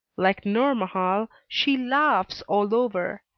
like nourmahal, she laughs all over,